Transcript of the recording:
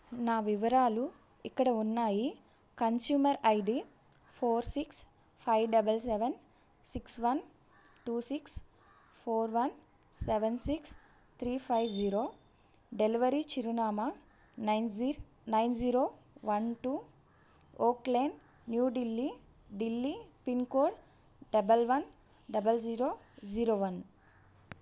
నా వివరాలు ఇక్కడ ఉన్నాయి consumer I D four six five double seven six one two six four one seven six three five zero delivery చిరునామా nine zero nine zero one two ఓక్ lane New Delhi Delhi pin code double one double zero zero one